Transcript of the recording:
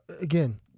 Again